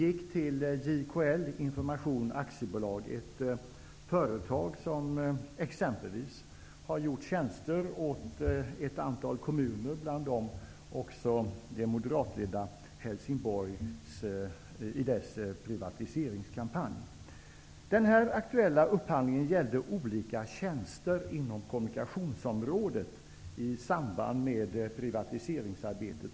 Information AB, ett företag som, exempelvis, har gjort tjänster åt ett antal kommuner, bland dem också det moderatledda Helsingborgs kommun i dess privatiseringskampanj. Den aktuella upphandlingen gällde olika tjänster inom kommunikationsområdet i samband med privatiseringsarbetet.